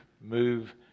move